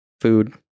food